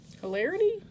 Hilarity